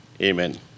amen